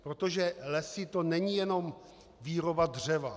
Protože lesy, to není jenom výroba dřeva.